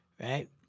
Right